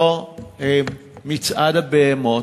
אותו "מצעד הבהמות",